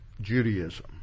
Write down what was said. Judaism